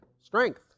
Strength